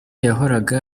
yahoraga